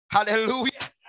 Hallelujah